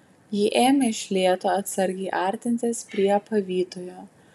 ji ėmė iš lėto atsargiai artintis prie pavytojo